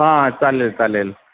हां चालेल चालेल